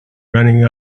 running